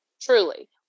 truly